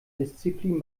disziplin